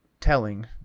telling